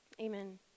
Amen